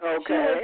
Okay